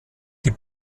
die